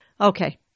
Okay